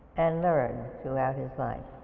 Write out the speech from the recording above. and learned throughout his life.